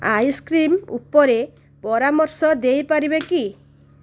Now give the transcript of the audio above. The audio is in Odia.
ଆଇସ୍କ୍ରିମ୍ ଉପରେ ପରାମର୍ଶ ଦେଇ ପାରିବେ କି